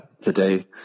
today